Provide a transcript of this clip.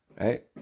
right